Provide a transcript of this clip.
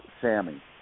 Sammy